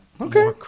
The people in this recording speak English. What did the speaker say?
Okay